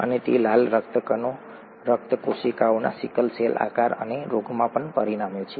અને તે લાલ રક્ત કોશિકાઓના સિકલ સેલ આકાર અને રોગમાં પણ પરિણમે છે